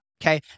Okay